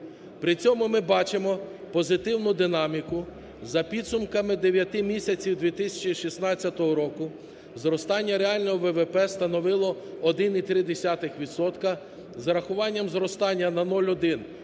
При цьому ми бачимо позитивну динаміку. За підсумками 9 місяців 2016 року зростання реального ВВП становило 1,3 відсотка з зарахуванням зростання на 0,1